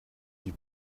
die